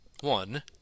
one